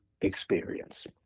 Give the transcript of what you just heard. experience